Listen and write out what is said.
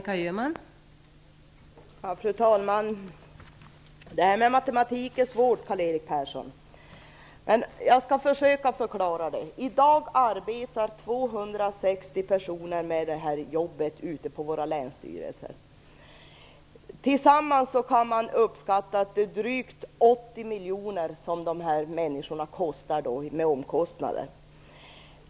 Fru talman! Det här med matematik är svårt, Karl Erik Persson, men jag skall försöka förklara. I dag arbetar 260 personer med den här verksamheten ute på länsstyrelserna. Man kan uppskatta att de här människorna tillsammans kostar drygt 80 miljoner, med omkostnader.